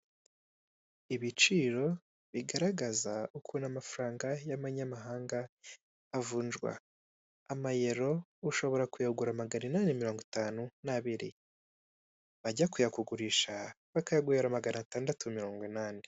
Ibiciro bigaragaza ukuntu amafaranga y'amanyamahanga avunjwa, amayero ushobora kuyagura maganinani mirongo itanu nabiri bajya kuyakugurisha bakayaguhera maganatandatu mirongo inani.